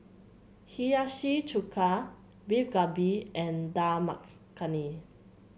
Hiyashi Chuka Beef Galbi and Dal Makhani